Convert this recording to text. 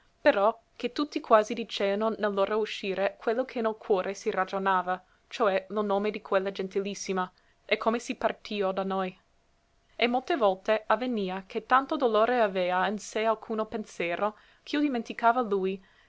però che tutti quasi diceano nel loro uscire quello che nel cuore si ragionava cioè lo nome di quella gentilissima e come si partìo da noi e molte volte avvenia che tanto dolore avea in sé alcuno pensero ch'io dimenticava lui